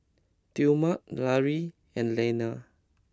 Tillman Larry and Leaner